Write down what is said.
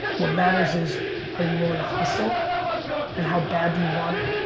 what matters is are you willing to hustle and how bad do you want it?